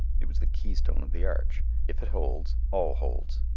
it was the keystone of the arch. if it holds, all holds.